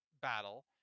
battle